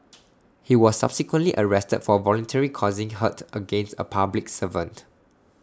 he was subsequently arrested for voluntarily causing hurt against A public servant